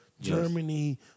Germany